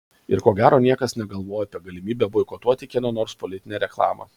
ir ko gero niekas negalvojo apie galimybę boikotuoti kieno nors politinę reklamą